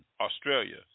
Australia